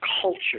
culture